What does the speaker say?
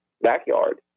backyard